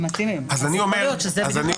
אז יכול להיות שהדרך השנייה זה בדיוק